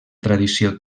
tradició